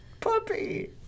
puppy